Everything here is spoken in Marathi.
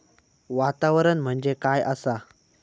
वातावरण म्हणजे काय असा?